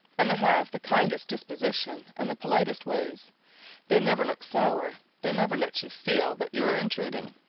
and they have the kindest disposition and the politest ways they never look sour, they never let you feel that you are intruding,